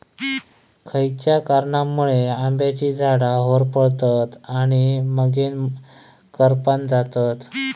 खयच्या कारणांमुळे आम्याची झाडा होरपळतत आणि मगेन करपान जातत?